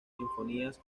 sinfonías